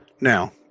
Now